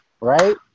right